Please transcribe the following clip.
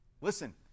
Listen